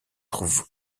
trouve